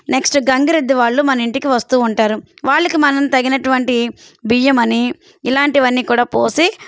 next గంగిరెద్దు వాళ్ళు మన ఇంటికి వస్తూ ఉంటారు వాళ్ళకి మనం తగినటువంటి బియ్యం అని ఇలాంటివన్నీ కూడా పోసి